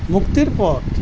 মুক্তিৰ পথ